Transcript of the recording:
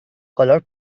color